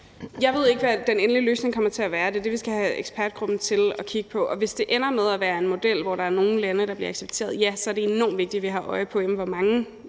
Jeg ved ikke, hvad den endelige løsning kommer til at være; det er det, vi skal have ekspertgruppen til at kigge på. Og hvis det ender med at være en model, hvor der er nogle lande, der bliver accepteret – ja, så er det enormt vigtigt, at vi har et øje på, hvor stor